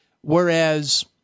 whereas